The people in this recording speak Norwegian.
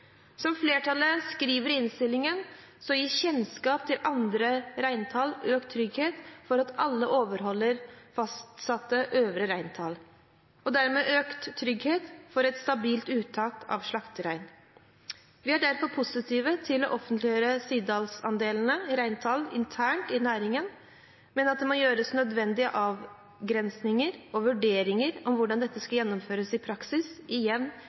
Som flertallet skriver i innstillingen, gir kjennskap til de andres reintall økt trygghet for at alle overholder fastsatt øvre reintall, og dermed økt trygghet for et stabilt uttak av slakterein. Vi er derfor positive til å offentliggjøre sida-andelenes reintall internt i næringen, men det må gjøres nødvendige avgrensinger og vurderinger av hvordan dette skal gjennomføres i praksis, igjen i